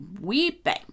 weeping